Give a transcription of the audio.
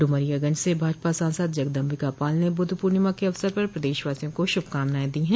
डुमरियागंज से भाजपा सांसद जगदम्बिका पाल ने बुद्ध पूर्णिमा के अवसर पर प्रदेशवासियों को श्रभकामनाएं दी है